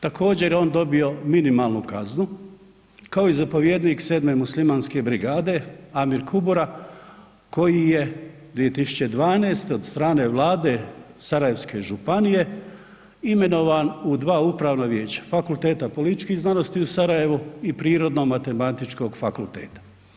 Također je on dobio minimalnu kaznu kao i zapovjednik 7. muslimanske brigade Amir Kubura koji je 2012. od strane Vlade Sarajevske županije imenovan u 2 upravna vijeća – Fakulteta političkih znanosti u Sarajevu i Prirodno-matematičkog fakulteta.